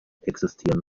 existieren